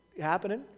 happening